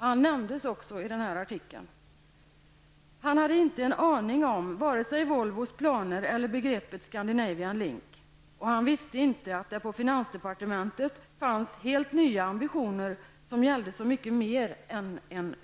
Han nämndes också i denna artikel. Han hade inte en aning om vare sig Volvos planer eller begreppet Scandinavian Link. Och han visste inte att det på finansdepartementet fanns helt nya ambitioner som gällde så mycket mer än en